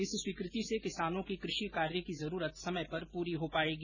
इस स्वीकृति से किसानों की कृषि कार्य की जरूरत समय पर पूरी हो पायेगी